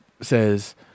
says